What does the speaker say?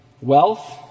Wealth